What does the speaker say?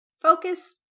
focus